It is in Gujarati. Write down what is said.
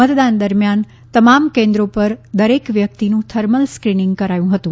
મતદાન દરમ્યાન તમામ કેન્દ્રો પર દરેક વ્યક્તિનું થર્મલ સ્કીનીંગ કરાયું હતું